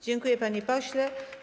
Dziękuję, panie pośle.